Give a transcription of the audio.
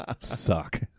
suck